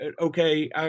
okay